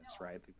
Right